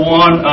one